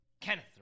Kenneth